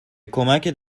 کمکت